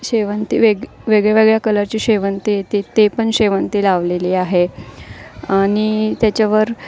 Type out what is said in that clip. शेवंती वेग वेगळ्यावेगळ्या कलरची शेवंती येते ते पण शेवंती लावलेली आहे आणि त्याच्यावर